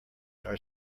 are